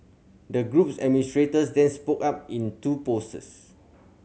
the group's administrators then spoke up in two poses